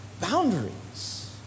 boundaries